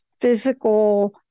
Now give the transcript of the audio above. physical